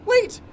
Wait